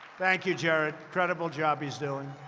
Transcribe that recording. thank you, jared. incredible job he's doing.